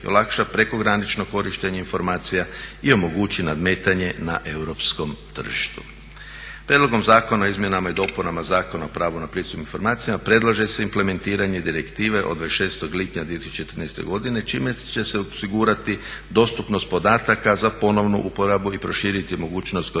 olakša prekogranično korištenje informacija i omogući nadmetanje na europskom tržištu. Prijedlogom zakona o izmjenama i dopunama Zakona o pravu na pristup informacijama predlaže se implementiranje direktive od 26.lipnja 2013.godine čime će se osigurati dostupnost podataka za ponovno uporabu i proširiti mogućnost korištenja